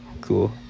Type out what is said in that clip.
cool